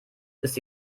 ist